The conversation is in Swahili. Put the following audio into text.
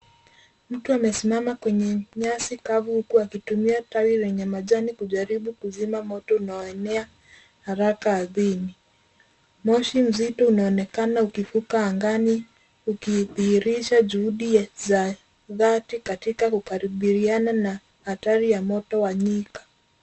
Mtu amesimama kwenye nyasi kavu huku akitumia tawi lenye majani kujaribu kuzima moto unaoenea haraka ardhini. Moshi mzito unaonekana ukivuka angani ukidhihirisha juhudi za dhati katika kukabiliana na hatari ya moto wa nyika.